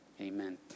Amen